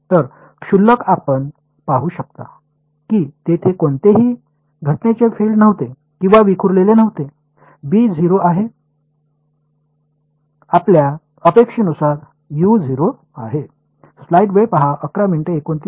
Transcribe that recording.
तर क्षुल्लक आपण पाहू शकता की तेथे कोणतेही घटनेचे फील्ड नव्हते किंवा विखुरलेले नव्हते बी 0 आहे आपल्या अपेक्षेनुसार u 0 आहे